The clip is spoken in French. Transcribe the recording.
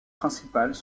principales